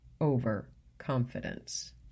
overconfidence